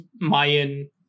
Mayan